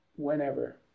Whenever